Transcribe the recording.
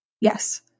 Yes